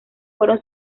fueron